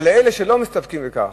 אבל אלה שלא מסתפקים בכך,